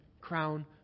crown